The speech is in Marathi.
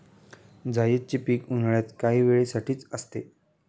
जायदचे पीक उन्हाळ्यात काही वेळे साठीच असते